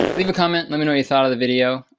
leave a comment. let me know you thought of the video.